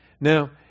Now